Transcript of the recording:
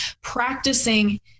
Practicing